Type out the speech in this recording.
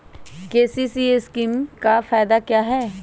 KCC scheme का फायदा क्या है?